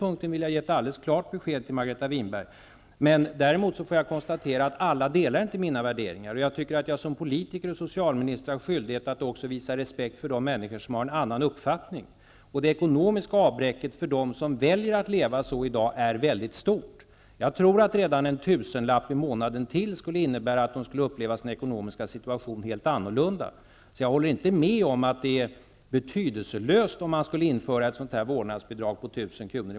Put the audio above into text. På den punkten vill jag ge ett alldeles klart besked till Jag kan däremot konstatera att alla inte delar mina värderingar. Som politiker och som socialminister har jag också skyldighet att visa respekt för de människor som har en annan uppfattning. Det ekonomiska avbräcket för dem som väljer att leva på det här sättet är väldigt stort. Jag tror att redan en tusenlapp i månaden till skulle innebära att de skulle uppleva sin ekonomiska situation helt annorlunda. Jag håller alltså inte med om att det skulle vara betydelselöst om man införde ett vårdnadsbidrag på 1 000 kr.